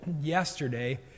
yesterday